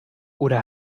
oder